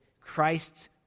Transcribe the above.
Christ's